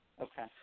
Okay